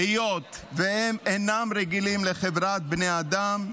היות שהם אינם רגילים לחברת בני אדם,